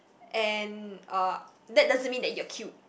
and uh that doesn't mean that you are cute